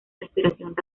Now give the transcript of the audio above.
respiración